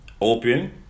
opium